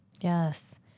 Yes